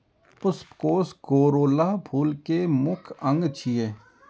पुष्पकोष कोरोला फूल के मुख्य अंग छियै